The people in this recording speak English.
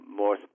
more